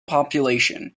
population